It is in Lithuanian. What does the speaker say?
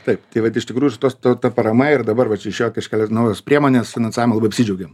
taip tai vat iš tikrųjų ir su tuos ta ta parama ir dabar va čia išėjo kažkada ir naujos priemonės finansavimo labai apsidžiaugėm